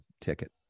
ticket